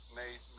made